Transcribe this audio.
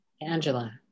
Angela